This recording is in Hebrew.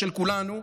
ושל כולנו,